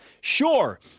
Sure